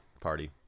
party